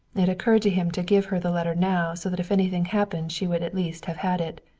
it occurred to him to give her the letter now so that if anything happened she would at least have had it.